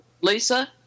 Lisa